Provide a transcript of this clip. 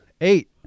Eight